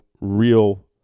real